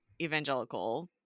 evangelical